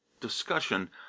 discussion